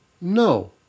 No